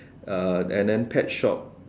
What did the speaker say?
uh and then pet shop